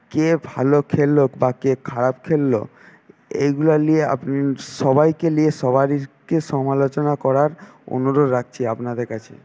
কে ভালো খেলল বা কে খারাপ খেলল এগুলো নিয়ে আপনি সবাইকে নিয়ে সবাইকে সমালোচনা করার অনুরোধ রাখছি আপনাদের কাছে